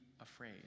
afraid